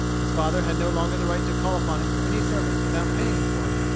his father had no longer the right to call upon him for any service without paying him for it.